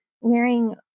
wearing